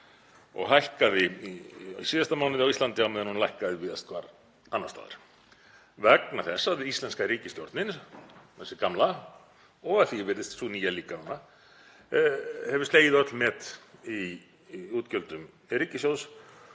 og hækkaði í síðasta mánuði á Íslandi á meðan hún lækkaði víðast hvar annars staðar vegna þess að íslenska ríkisstjórnin, þessi gamla og að því er virðist sú nýja líka núna, hefur slegið öll met í útgjöldum ríkissjóðs